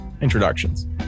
introductions